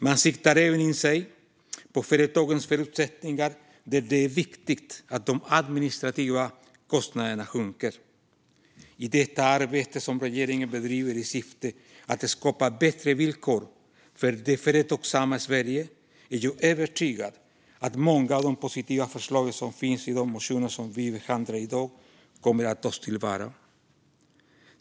Man siktar även in sig på företagens förutsättningar där det är viktigt att de administrativa kostnaderna sjunker. I detta arbete som regeringen bedriver i syfte att skapa bättre villkor för det företagsamma Sverige är jag övertygad om att många av de positiva förslag som finns i de motioner som vi behandlar i dag kommer att tas till vara.